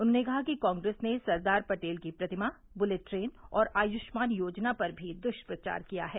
उन्होंने कहा कि कांग्रेस ने सरदार पटेल की प्रतिमा बुलेट ट्रेन और आयुष्मान योजना पर भी दृष्प्रचार किया है